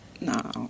No